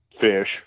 fish